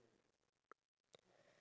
this week